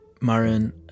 Marin